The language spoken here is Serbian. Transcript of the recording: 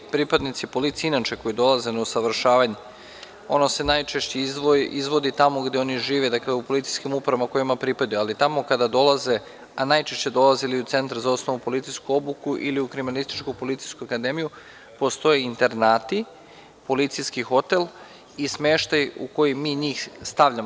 Svi pripadnici policije inače koji dolaze na usavršavanje, ono se najčešće izvodi tamo gde oni žive, dakle u policijskim upravama u kojima pripadaju, ali tamo kada dolaze, a najčešće dolaze ili u centar za osnovnu policijsku obuku ili u Kriminalističku policijsku akademiju, postoje internati, policijski hotel i smeštaj u koji mi njih stavljamo.